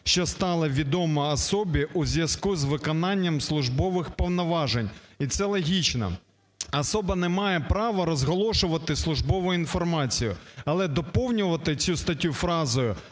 що стала відома особі у зв'язку з виконанням службових повноважень". І це логічно, особа не має права розголошувати службову інформацію. Але доповнювати цю статтю фразою